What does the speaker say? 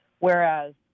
Whereas